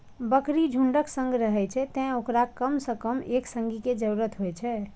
बकरी झुंडक संग रहै छै, तें ओकरा कम सं कम एक संगी के जरूरत होइ छै